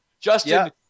Justin